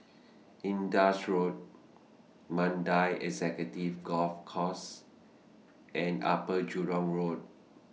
Indus Road Mandai Executive Golf Course and Upper Jurong Road